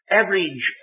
average